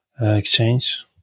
exchange